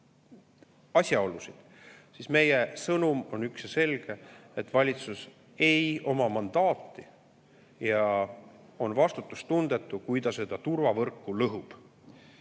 asjaolusid. Meie sõnum on üks ja selge: valitsus ei oma selleks mandaati ja on vastutustundetu, kui ta seda turvavõrku lõhub.